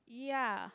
yeah